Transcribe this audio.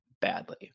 badly